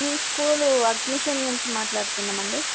మేము school admission నుంచి మాట్లాడుతున్నాము అండి